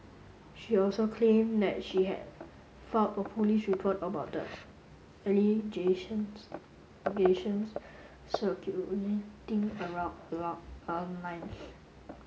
she also claimed that she has filed a police report about the allegations circulating a wrong long online